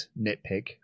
nitpick